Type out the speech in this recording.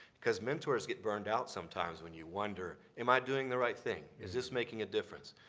because mentors get burned out sometimes when you wonder, am i doing the right thing, is this making a difference?